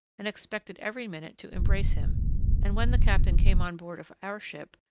and expected every minute to embrace him and when the captain came on board of our ship,